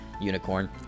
unicorn